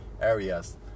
areas